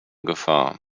gefahr